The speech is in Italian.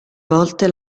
volte